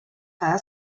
cada